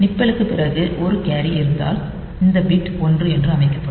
நிப்பலுக்குப் பிறகு ஒரு கேரி இருந்தால் இந்த பிட் ஒன்று என்று அமைக்கப்படும்